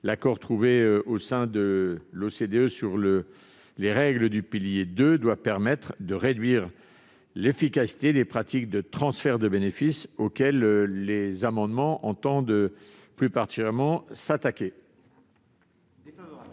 l'accord trouvé au sein de l'OCDE sur les règles du pilier 2 doit permettre de réduire l'efficacité des pratiques de transfert de bénéfices, auxquelles les amendements en discussion entendent s'attaquer.